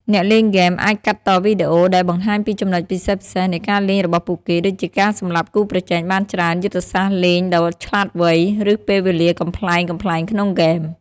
អ្នកលេងហ្គេមអាចកាត់តវីដេអូដែលបង្ហាញពីចំណុចពិសេសៗនៃការលេងរបស់ពួកគេ ដូចជាការសម្លាប់គូប្រជែងបានច្រើន យុទ្ធសាស្ត្រលេងដ៏ឆ្លាតវៃ ឬពេលវេលាកំប្លែងៗក្នុងហ្គេម។